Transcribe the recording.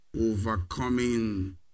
Overcoming